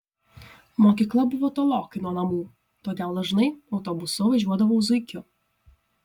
mokykla buvo tolokai nuo namų todėl dažnai autobusu važiuodavau zuikiu